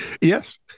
Yes